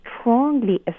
strongly